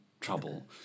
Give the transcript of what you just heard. trouble